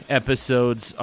episodes